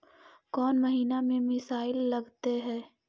कौन महीना में मिसाइल लगते हैं?